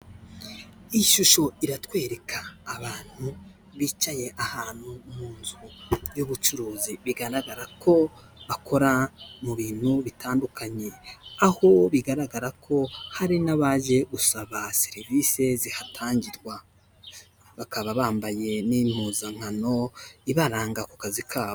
Iyi shusho iratwereka abantu bicaye ahantu mu nzu y'ubucuruzi, bigaragara ko bakora mu bintu bitandukanye. Aho bigaragara ko hari n'abaje gusaba serivise zihatangirwa. Bakaba bambaye n'impuzankano ibaranga ku kazi kabo.